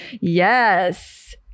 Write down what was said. Yes